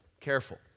careful